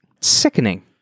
Sickening